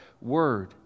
word